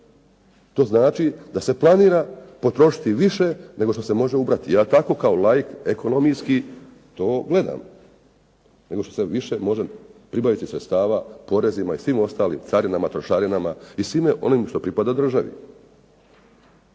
To znači da se planira potrošiti više nego što se može ubrati, ja tako kao laik ekonomijski to gledam. Nego što se više može pribaviti sredstava porezima i svim ostalim carinama, trošarinama i svime onime što pripada državi.